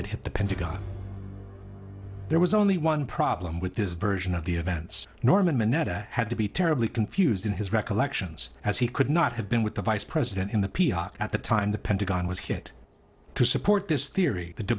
that hit the pentagon there was only one problem with this version of the events norman minetta had to be terribly confused in his recollections as he could not have been with the vice president in the p r at the time the pentagon was hit to support this theory the